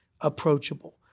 approachable